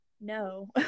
no